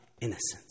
innocence